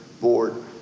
board